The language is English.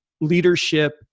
leadership